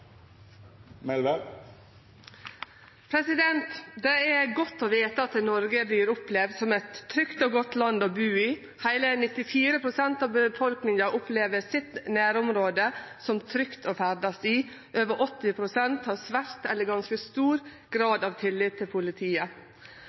med. Det er godt å vite at Noreg vert opplevt som eit trygt og godt land å bu i. Heile 94 pst. av befolkninga opplever nærområdet sitt som trygt å ferdast i. Over 80 pst. har svært eller ganske stor